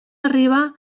arriba